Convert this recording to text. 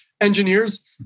engineers